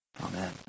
Amen